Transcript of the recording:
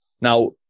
Now